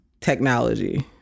technology